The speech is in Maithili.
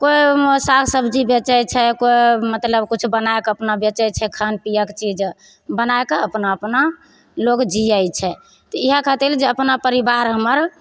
कोइ साग सब्जी बेचय छै कोइ मतलब किछु बनाके अपना बेचय छै खान पीयैके चीज बनाके अपना अपना लोग जियै छै तऽ इएह खातिर जे अपना परिवार हमर